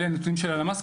אלה נתונים של הלמ״ס.